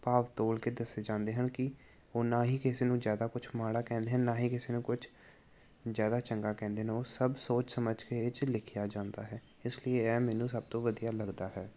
ਭਾਵ ਤੋਲ ਕੇ ਦੱਸੇ ਜਾਂਦੇ ਹਨ ਕਿ ਉਹ ਨਾ ਹੀ ਕਿਸੇ ਨੂੰ ਜ਼ਿਆਦਾ ਕੁਛ ਮਾੜਾ ਕਹਿੰਦੇ ਹਨ ਨਾ ਹੀ ਕਿਸੇ ਨੂੰ ਕੁਛ ਜ਼ਿਆਦਾ ਚੰਗਾ ਕਹਿੰਦੇ ਨੇ ਉਹ ਸਭ ਸੋਚ ਸਮਝ ਕੇ ਇਹ 'ਚ ਲਿਖਿਆ ਜਾਂਦਾ ਹੈ ਇਸ ਲਈ ਇਹ ਮੈਨੂੰ ਸਭ ਤੋਂ ਵਧੀਆ ਲੱਗਦਾ ਹੈ